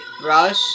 brush